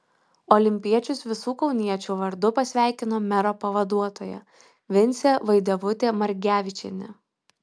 olimpiečius visų kauniečių vardu pasveikino mero pavaduotoja vincė vaidevutė margevičienė